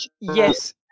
yes